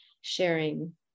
sharing